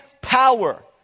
power